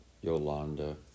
Yolanda